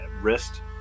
wrist